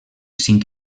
cinc